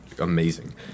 amazing